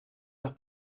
los